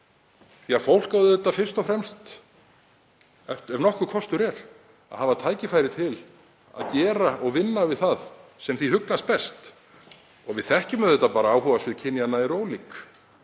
Fólk á auðvitað fyrst og fremst, ef nokkur kostur er, að hafa tækifæri til að gera og vinna við það sem því hugnast best. Við þekkjum auðvitað að áhugasvið kynjanna eru ólík